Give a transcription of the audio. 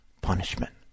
punishment